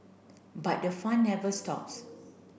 but the fun never stops